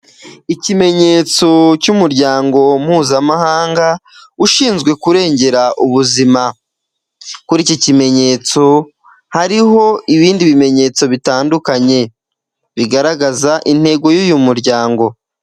Ikimenyetso cy'umuryango mpuzamahanga ushinzwe kurengera ubuzima. Kuri iki kimenyetso hariho ibindi bimenyetso bitandukanye. Bigaragaza intego y'uyu muryango.